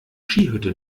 skihütte